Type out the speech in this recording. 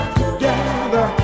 together